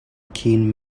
keen